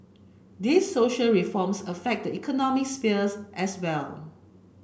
these social reforms affect the economic spheres as well